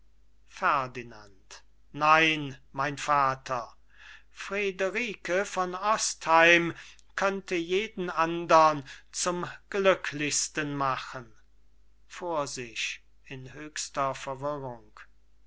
ferdinand nein mein vater friederike von ostheim könnte jeden andern zum glücklichsten machen